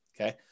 okay